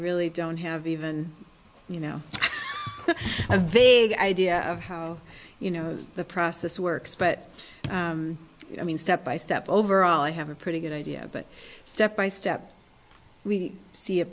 really don't have even you know a vague idea of how you know the process works but i mean step by step over all i have a pretty good idea but step by step we see a